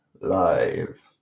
live